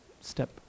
step